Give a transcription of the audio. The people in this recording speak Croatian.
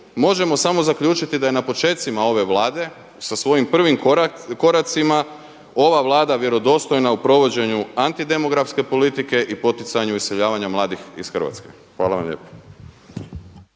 možemo samo zaključiti da je na počecima ove Vlade sa svojim prvim koracima ova Vlada vjerodostojna u provođenju antidemografske politike i poticanju iseljavanja mladih iz Hrvatske. Hvala vam lijepo.